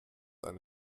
eine